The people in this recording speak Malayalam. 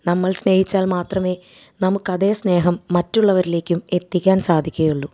നമ്മൾ സ്നേഹിച്ചാൽ മാത്രമേ നമുക്ക് അതേ സ്നേഹം മറ്റുള്ളവരിലേക്കും എത്തിക്കാൻ സാധിക്കുകയുള്ളൂ